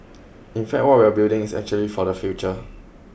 in fact what we are building is actually for their future